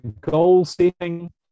goal-setting